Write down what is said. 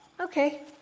Okay